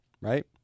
right